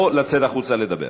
או לצאת החוצה לדבר.